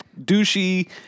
Douchey